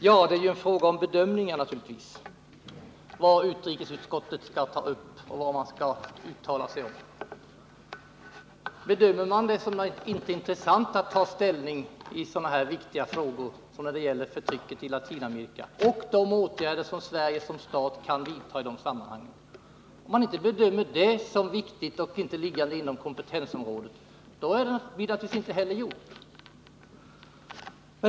Herr talman! Vad utrikesutskottet skall ta upp och vad man skall uttala sig om är naturligtvis en fråga om bedömningar. Bedömer man det inte som intressant, viktigt och liggande inom utskottets kompetensområde att ta ställning när det gäller förtrycket i Latinamerika och de åtgärder som Sverige 111 som stat kan vidta i de sammanhangen blir det naturligtvis inte heller gjort.